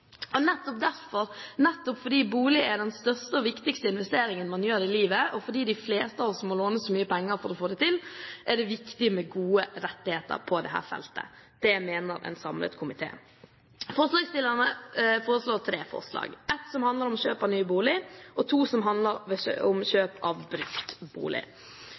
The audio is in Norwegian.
deg. Nettopp fordi bolig er den største og viktigste investeringen man gjør i livet, og fordi de fleste av oss må låne så mye penger for å få det til, er det viktig med gode rettigheter på dette feltet. Det mener en samlet komité. Forslagsstillerne har tre forslag: ett som handler om kjøp av ny bolig, og to som handler om kjøp av brukt bolig.